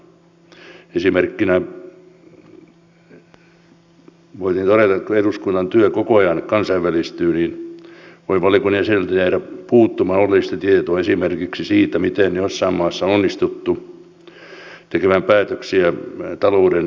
esimerkkinä voisin todeta että kun eduskunnan työ koko ajan kansainvälistyy niin voi valiokunnan jäseniltä jäädä puuttumaan oleellista tietoa esimerkiksi siitä miten jossain maassa on onnistuttu tekemään päätöksiä talouden tervehdyttämisessä